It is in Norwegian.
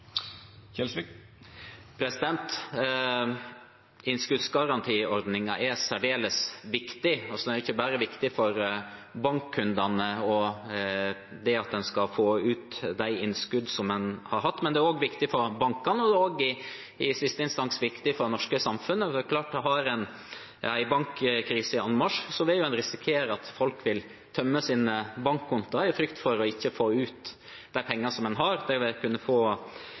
er særdeles viktig. Den er ikke bare viktig for bankkundene og for at en skal få ut de innskuddene en har hatt, men også viktig for bankene og i siste instans viktig for det norske samfunnet. Det er klart at hvis det er en bankkrise i anmarsj, vil en risikere at folk vil tømme sine bankkontoer i frykt for ikke å få ut de pengene en har. Det vil kunne få